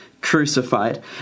crucified